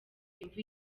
imvura